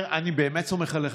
אני באמת סומך עליך,